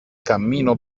cammino